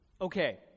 Okay